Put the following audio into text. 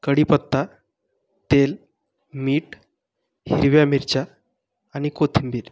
कडीपत्ता तेल मीठ हिरव्या मिरच्या आणि कोथिंबीर